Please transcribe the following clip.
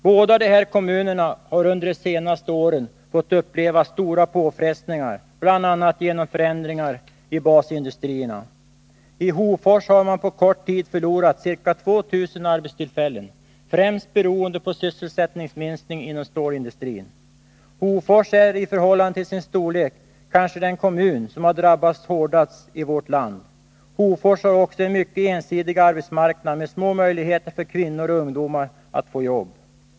Båda de här kommunerna har under de senaste åren fått uppleva stora påfrestningar, bl.a. genom förändringar i basindustrierna. I Hofors har man på kort tid förlorat ca 2 000 arbetstillfällen, främst beroende på sysselsättningsminskning inom stålindustrin. Hofors är i förhållande till sin storlek kanske den kommun som har drabbats hårdast i vårt land. Hofors har också en mycket ensidig arbetsmarknad med små möjligheter för kvinnor och ungdomar att få jobb.